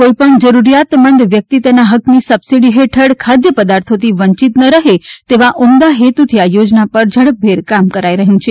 કોઈપણ જરૂરિયાતમંદ વ્યક્તિ તેના હકની સબસિડી હેઠળ ખાદ્ય પદાર્થોથી વંચિત ન રહે તેવા ઉમદા હેતુથી આ યોજના પર ઝડપભેર કામ કરાઈ રહ્યું છે